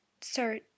Sir